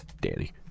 Danny